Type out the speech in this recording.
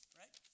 right